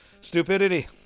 stupidity